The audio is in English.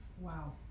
Wow